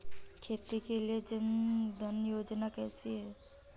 खेती के लिए जन धन योजना कैसी है?